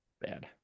bad